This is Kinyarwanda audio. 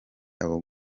abo